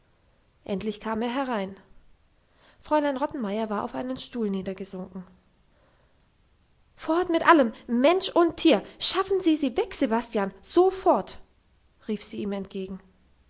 endlich kam er herein fräulein rottenmeier war auf einen stuhl niedergesunken fort mit allem mensch und tier schaffen sie sie weg sebastian sofort rief sie ihm entgegen